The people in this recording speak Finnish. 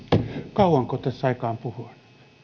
kauanko tässä saikaan puhua